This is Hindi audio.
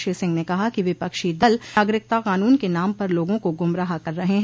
श्री सिंह न कहा कि विपक्षी दल नागरिकता क़ानून के नाम पर लोगों को गुमराह कर रहे हैं